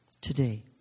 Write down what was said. today